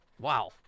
Wow